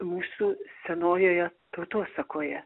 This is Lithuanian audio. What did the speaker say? mūsų senojoje tautosakoje